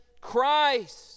Christ